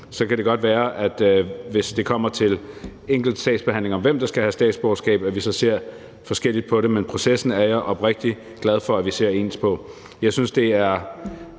Så kan det godt være, at vi, hvis det kommer til enkeltsagsbehandlingen om, hvem der skal have statsborgerskab, ser forskelligt på det, men processen er jeg oprigtigt glad for at vi ser ens på.